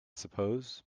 suppose